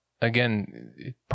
Again